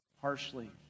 harshly